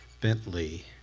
Bentley